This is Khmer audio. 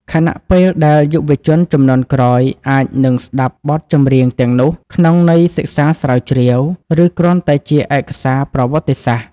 ខណៈពេលដែលយុវជនជំនាន់ក្រោយអាចនឹងស្តាប់បទចម្រៀងទាំងនោះក្នុងន័យសិក្សាស្រាវជ្រាវ ឬគ្រាន់តែជាឯកសារប្រវត្តិសាស្ត្រ។